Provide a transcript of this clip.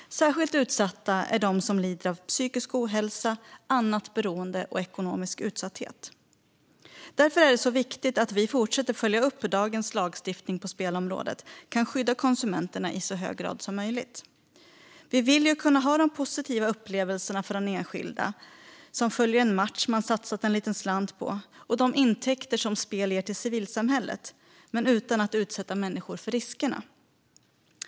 Särskilt utsatta är de som lider av psykisk ohälsa, annat beroende och ekonomisk utsatthet. Därför är det viktigt att vi fortsätter följa upp hur dagens lagstiftning på spelområdet kan skydda konsumenterna i så hög grad som möjligt. Vi vill ju kunna ha de positiva upplevelserna för den enskilda som följer en match man satsat en liten slant på och de intäkter som spel ger till civilsamhället, men utan att utsätta människor för riskerna.